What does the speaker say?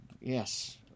Yes